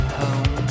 home